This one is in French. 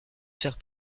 faire